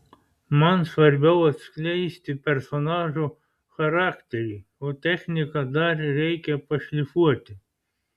man svarbiau atskleisti personažo charakterį o techniką dar reikia pašlifuoti